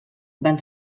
van